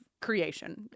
creation